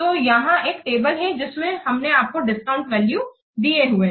तो यहां एक टेबल है जिसमें हमने आपको डिस्काउंट वैल्यू दिए हुए हैं